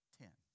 ten